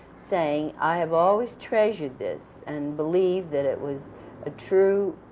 saying, i have always treasured this, and believe that it was a true